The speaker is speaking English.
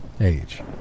Age